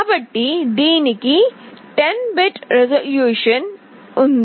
కాబట్టి దీనికి 10 bit resolution ఉంది